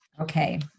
Okay